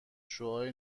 شعاع